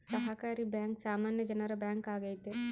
ಸಹಕಾರಿ ಬ್ಯಾಂಕ್ ಸಾಮಾನ್ಯ ಜನರ ಬ್ಯಾಂಕ್ ಆಗೈತೆ